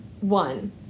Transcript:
one